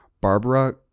Barbara